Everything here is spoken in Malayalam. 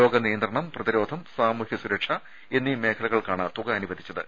രോഗ നിയന്ത്രണം പ്രതിരോധം സാമൂഹ്യ സുരക്ഷ എന്നീ മേഖലകൾക്കാണ് തുക അനുവദിച്ചത്